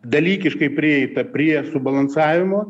dalykiškai prieita prie subalansavimo